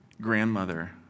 grandmother